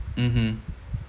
mmhmm